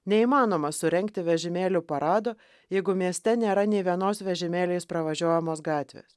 neįmanoma surengti vežimėlių parado jeigu mieste nėra nė vienos vežimėliais pravažiuojamos gatvės